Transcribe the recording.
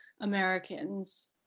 Americans